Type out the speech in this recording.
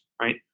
right